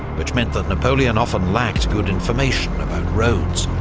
which meant that napoleon often lacked good information about roads,